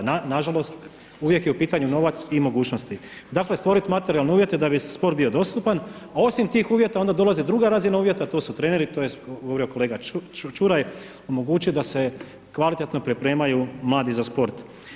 Nažalost je u pitanju novac i mogućnosti, dakle stvorit materijalne uvjete da bi sport bio dostupan, a osim tih uvjeta ona dolazi druga razina uvjeta to su treneri, to je govorio kolega Ćuraj, omogućit da se kvalitetno pripremaju mladi za sport.